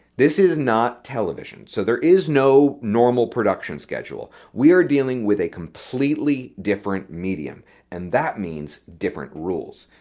this is not television. so there is no normal production schedule. we're dealing with a completely different medium and that means different rules.